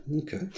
Okay